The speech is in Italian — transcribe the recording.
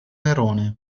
nerone